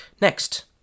Next